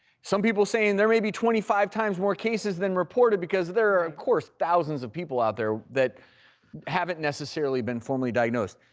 some people saying there may be twenty five times more cases than reported because there are of course thousands of people out there that haven't necessarily been formally diagnosed.